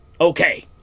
okay